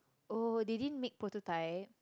oh they didn't make prototype